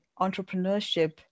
entrepreneurship